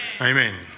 Amen